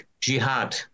jihad